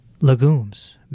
legumes